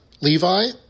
Levi